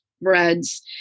breads